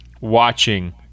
watching